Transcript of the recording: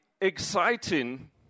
exciting